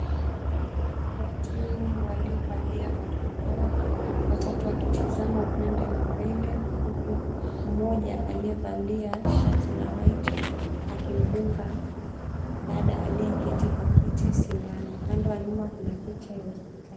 Watu waliovalia barakoa watatu wakitazama upande wa mbele huku mmoja alievalia shati la white akimdunga dada aliyeketi kwa kiti sindano. Upande wa nyuma kuna picha ya hospitali.